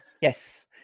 Yes